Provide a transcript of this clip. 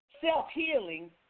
self-healing